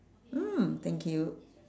mm thank you